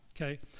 okay